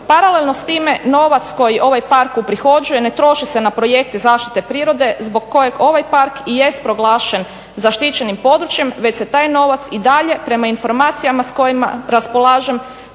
Paralelno s time novac koji ovaj park uprihođuje ne troši se na projekte zaštite prirode zbog kojeg ovaj park i jest proglašen zaštićenim područjem već se taj novac i dalje prema informacijama s kojima raspolažem